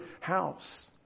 house